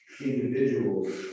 individuals